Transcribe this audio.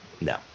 no